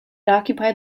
occupied